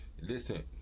Listen